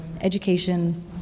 education